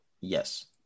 Yes